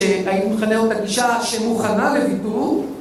הייתי מכנה אותה "גישה ‫שמוכנה לוויתור".